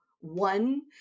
one